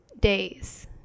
days